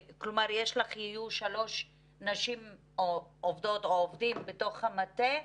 יהיו שלוש עובדים או עובדות בתוך המטה.